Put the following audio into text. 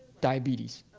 diabetes.